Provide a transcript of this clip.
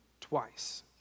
twice